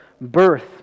birth